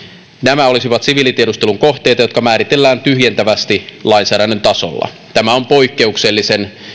nämä olisivat siviilitiedustelun kohteita jotka määritellään tyhjentävästi lainsäädännön tasolla tämä on poikkeuksellisen